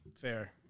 Fair